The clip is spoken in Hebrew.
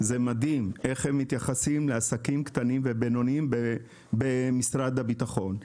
זה מדהים איך הם מתייחסים לעסקים קטנים ובינוניים במשרד הביטחון.